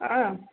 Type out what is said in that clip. ஆ